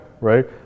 right